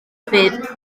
fydd